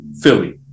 Philly